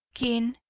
keen,